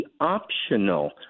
optional